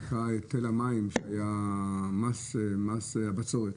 המים כשהיה מס הבצורת,